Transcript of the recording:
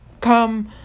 come